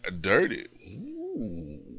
dirty